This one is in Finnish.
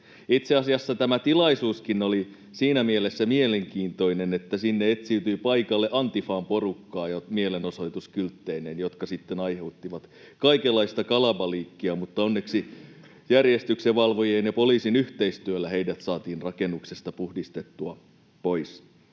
Itse asiassa tämä tilaisuuskin oli siinä mielessä mielenkiintoinen, että sinne etsiytyi paikalle Antifan porukkaa mielenosoituskyltteineen, jotka sitten aiheuttivat kaikenlaista kalabaliikkia, mutta onneksi järjestyksenvalvojien ja poliisin yhteistyöllä heidät saatiin rakennuksesta puhdistettua pois.